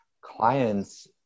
clients